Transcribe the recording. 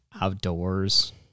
outdoors